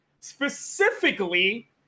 specifically